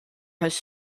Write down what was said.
has